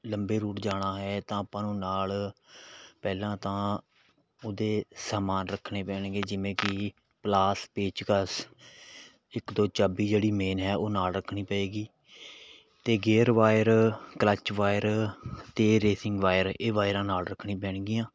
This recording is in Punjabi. ਲੰਬੇ ਰੂਟ ਜਾਣਾ ਹੈ ਤਾਂ ਆਪਾਂ ਨੂੰ ਨਾਲ ਪਹਿਲਾਂ ਤਾਂ ਉਹਦੇ ਸਮਾਨ ਰੱਖਣੇ ਪੈਣਗੇ ਜਿਵੇਂ ਕਿ ਪਲਾਸ ਪੇਚਕਸ ਇੱਕ ਦੋ ਚਾਬੀ ਜਿਹੜੀ ਮੇਨ ਹੈ ਉਹ ਨਾਲ ਰੱਖਣੀ ਪਵੇਗੀ ਅਤੇ ਗੇਅਰ ਵਾਇਰ ਕਲੱਚ ਵਾਇਰ ਅਤੇ ਰੇਸਿੰਗ ਵਾਇਰ ਇਹ ਵਾਇਰਾਂ ਨਾਲ ਰੱਖਣੀ ਪੈਣਗੀਆਂ